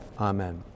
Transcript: Amen